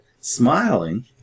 smiling